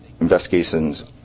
investigations